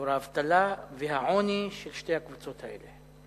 שיעור האבטלה והעוני של שתי הקבוצות האלה.